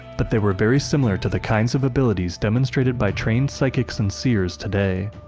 but they were very similar to the kinds of abilities demonstrated by trained psychics and seers today.